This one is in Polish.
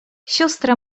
siostra